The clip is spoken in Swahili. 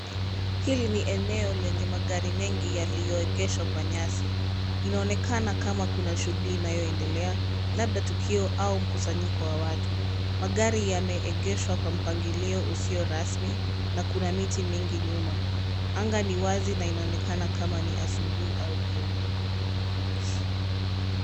Hili ni eneo lenye magari mengi yaliyoegeshwa kwa nyasi. Inaonekana kama kuna shughuli inayoendelea, labda tukio au mkusanyiko wa watu. Magari yameegeshwa kwa mpangilio usio rasmi, na kuna miti mingi nyuma. Anga ni wazi na inaonekana kama ni asubuhi au jioni.